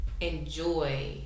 enjoy